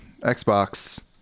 Xbox